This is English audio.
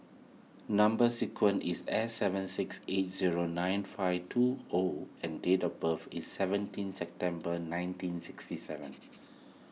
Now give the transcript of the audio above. Number Sequence is S seven six eight zero nine five two O and date of birth is seventeen September nineteen sixty seven